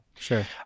Sure